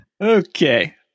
Okay